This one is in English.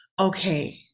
okay